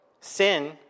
Sin